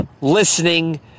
listening